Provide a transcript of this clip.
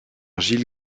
gil